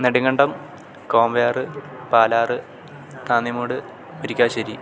Nedumkandam Kombayar Palar Thannimoodu Marikkassery